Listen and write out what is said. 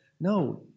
no